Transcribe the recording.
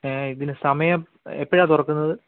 ഇതിന് സമയം എപ്പോഴാണ് തുറക്കുന്നത്